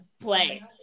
place